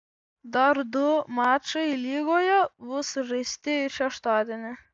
dar du mačai lygoje bus sužaisti ir šeštadienį